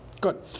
Good